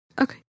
Okay